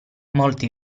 molti